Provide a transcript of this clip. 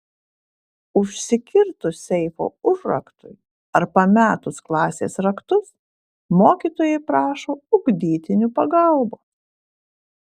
užsikirtus seifo užraktui ar pametus klasės raktus mokytojai prašo ugdytinių pagalbos